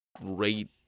great